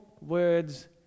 words